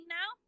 now